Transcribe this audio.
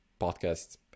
podcast